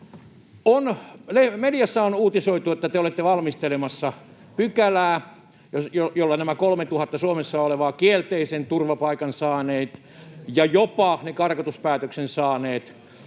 Mediassa on uutisoitu, että te olette valmistelemassa pykälää, jolla nämä 3 000 Suomessa olevaa kielteisen turvapaikan saanutta ja jopa ne karkotuspäätöksen saaneet